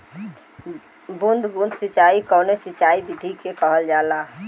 बूंद बूंद सिंचाई कवने सिंचाई विधि के कहल जाला?